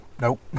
nope